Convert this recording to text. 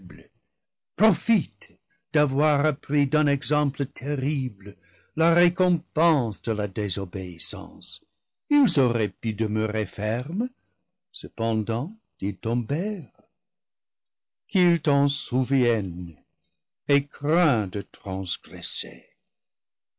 d'avoir appris d'un exemple ter rible la récompense de la désobéissance ils auraient pu de meurer fermes cependant ils tombèrent qu'il t'en sou vienne et crains de transgresser